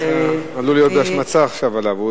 זה עוד עלול להיות השמצה עליו.